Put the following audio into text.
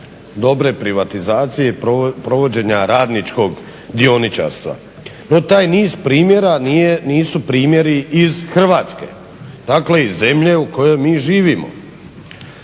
dobre privatizacije i provođenja radničkog dioničarstva no taj niz primjera nisu primjeri iz Hrvatske, dakle iz zemlje u kojoj mi živimo.